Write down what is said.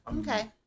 Okay